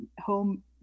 home